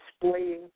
displaying